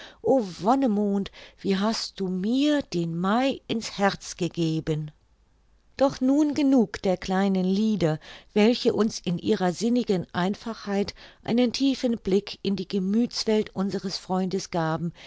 wonnemond wie hast du mir den mai in's herz gegeben doch nun genug der kleinen lieder welche uns in ihrer sinnigen einfachheit einen tiefen blick in die gemüthswelt unseres freundes gaben